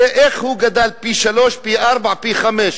איך הוא גדל פי-שלושה, פי-ארבעה, פי-חמישה.